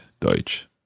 Deutsch